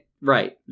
Right